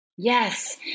Yes